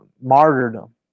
martyrdom